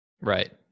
Right